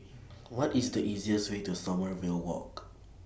What IS The easiest Way to Sommerville Walk